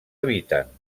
habiten